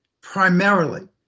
primarily